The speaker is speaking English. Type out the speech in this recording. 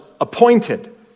appointed